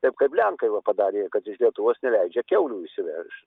taip kaip lenkai va padarė jie kad iš lietuvos neleidžia kiaulių įsivežt